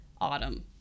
autumn